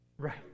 Right